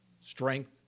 strength